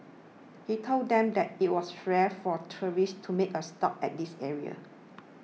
he told them that it was rare for tourists to make a stop at this area